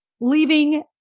leaving